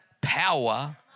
power